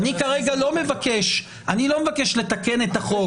אני כרגע לא מבקש לתקן את החוק.